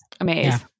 Amazing